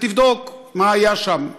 ותבדוק מה היה שם,